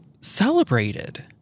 celebrated